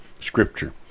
scripture